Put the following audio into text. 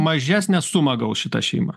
mažesnę sumą gaus šita šeima